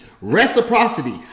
Reciprocity